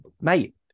Mate